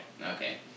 Okay